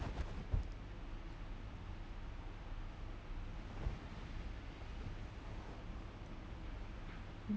mm